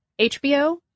HBO